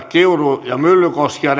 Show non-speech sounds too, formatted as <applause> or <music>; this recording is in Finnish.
<unintelligible> kiuru ja myllykoski ja <unintelligible>